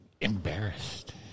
embarrassed